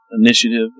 initiative